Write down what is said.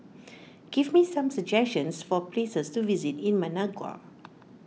give me some suggestions for places to visit in Managua